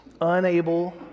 unable